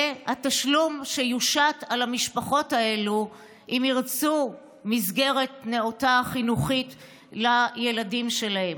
והתשלום יושת על המשפחות האלה אם ירצו מסגרת חינוכית נאותה לילדים שלהן.